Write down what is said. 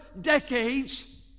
decades